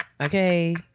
Okay